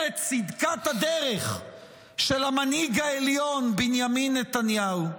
את צדקת הדרך של המנהיג העליון בנימין נתניהו.